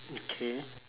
okay